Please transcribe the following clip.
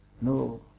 No